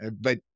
But-